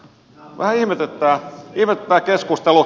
vähän ihmetyttää keskustelu